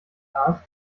past